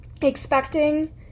expecting